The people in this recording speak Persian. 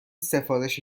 سفارش